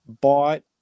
bought